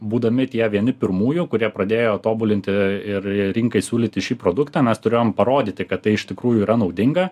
būdami tie vieni pirmųjų kurie pradėjo tobulinti ir rinkai siūlyti šį produktą mes turėjom parodyti kad tai iš tikrųjų yra naudinga